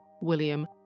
William